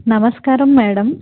నమస్కారం మేడం